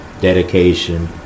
dedication